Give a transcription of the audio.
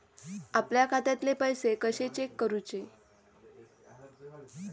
आपल्या खात्यातले पैसे कशे चेक करुचे?